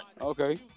okay